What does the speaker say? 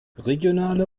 regionale